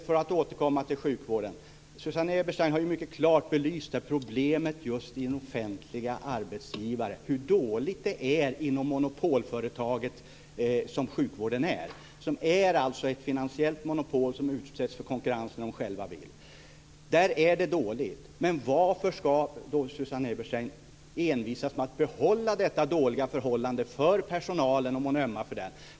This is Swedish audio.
För att återkomma till sjukvården så har Susanne Eberstein mycket klart belyst problemet med just offentliga arbetsgivare, hur dåligt det är inom det monopolföretag som sjukvården är. Det är ett finansiellt monopol som utsätts för den konkurrens som man själv vill. Där är det dåligt. Men varför ska Susanne Eberstein envisas med att behålla detta dåliga förhållande för personalen om hon ömmar för den?